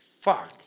fuck